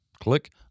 Click